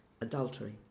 adultery